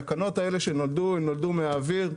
התקנות האלה נולדו מן האוויר.